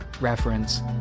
reference